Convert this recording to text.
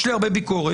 יש לי הרבה ביקורת.